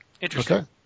interesting